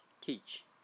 teach